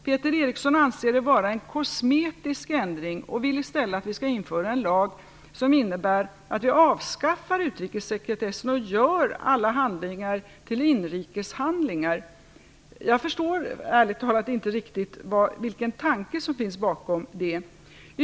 Peter Eriksson anser det vara en kosmetisk ändring och vill i stället att vi skall införa en lag som innebär att vi avskaffar utrikessekretessen och gör alla handlingar till inrikeshandlingar. Jag förstår ärligt talat inte riktigt vilken tanke som finns bakom det.